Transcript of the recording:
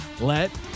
Let